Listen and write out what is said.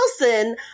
Wilson